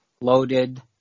loaded